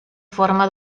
forma